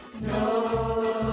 No